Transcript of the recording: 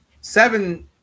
seven